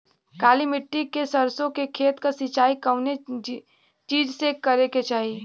काली मिट्टी के सरसों के खेत क सिंचाई कवने चीज़से करेके चाही?